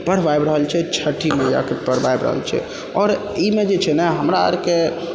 पर्व आबि रहल छै छठी मैयाके पर्व आबि रहल छै आओर ई मे जे छै ने हमरा अर के